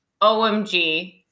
OMG